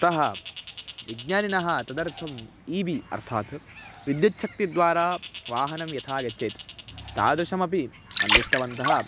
अतः विज्ञानिनः तदर्थम् ई वि अर्थात् विद्युत्शक्तिद्वारा वाहनं यथा गच्छेत् तादृशमपि अन्विष्टवन्तः